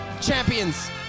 champions